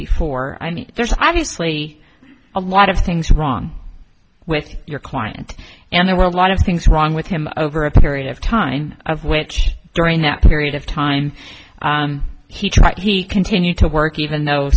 before i mean there's obviously a lot of things wrong with your client and there were a lot of things wrong with him over a period of time of which during that period of time he tried he continued to work even though